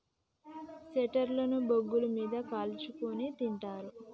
chestnut ను బొగ్గుల మీద కాల్చుకుని తింటారు